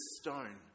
stone